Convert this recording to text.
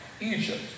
Egypt